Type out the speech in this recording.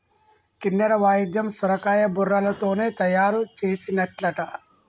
కిన్నెర వాయిద్యం సొరకాయ బుర్రలతోనే తయారు చేసిన్లట